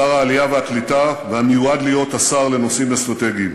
שר העלייה והקליטה והמיועד להיות השר לנושאים אסטרטגיים,